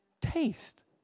taste